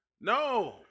No